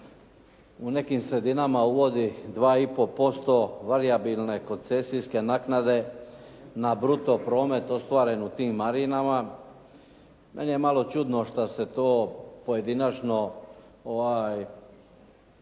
u nekim sredinama uvodi 2,5% varijabilne koncesijske naknade na bruto promet ostvaren u tim marinama. Meni je malo čudno što se to pojedinačno